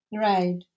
Right